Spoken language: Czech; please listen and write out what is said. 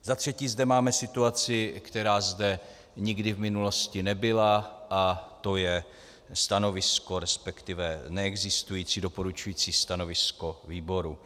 Za třetí zde máme situaci, která zde nikdy v minulosti nebyla, a to je stanovisko, resp. neexistující doporučující stanovisko výboru.